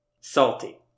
Salty